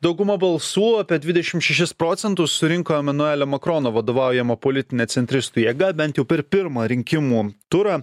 dauguma balsų apie dvidešim šešis procentus surinko emanuelio makrono vadovaujama politinė centristų jėga bent jau per pirmą rinkimų turą